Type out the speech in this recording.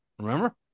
Remember